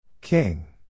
King